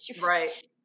Right